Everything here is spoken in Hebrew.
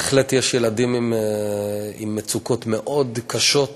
בהחלט יש ילדים עם מצוקות מאוד קשות,